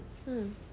hmm